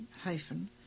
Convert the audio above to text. hyphen